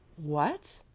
what?